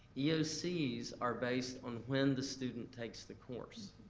eocs are based on when the student takes the course.